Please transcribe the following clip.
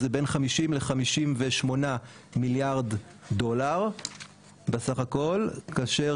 אז זה בין 50-58 מיליארד דולרים בסך הכל כאשר